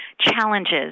challenges